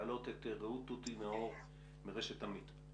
נעלה את רעות תותי נאור מרשת אמית.